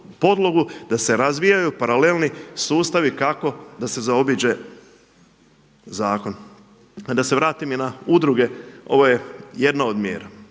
da se razvijaju paralelni sustavi kako da se zaobiđe zakon. A da se vratim i na udruge, ovo je jedna od mjera.